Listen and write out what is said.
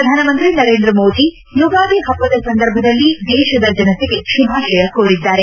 ಪ್ರಧಾನಮಂತ್ರಿ ನರೇಂದ್ರ ಮೋದಿ ಯುಗಾದಿ ಹಬ್ಬದ ಸಂದರ್ಭದಲ್ಲಿ ದೇತದ ಜನತೆಗೆ ಶುಭಾಷಯ ಕೋರಿದ್ದಾರೆ